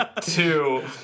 Two